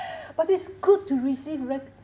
but it's good to receive reg~